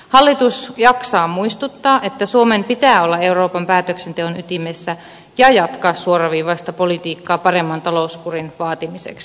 hallitus jaksaa muistuttaa että suomen pitää olla euroopan päätöksenteon ytimessä ja jatkaa suoraviivaista politiikkaa paremman talouskurin vaatimiseksi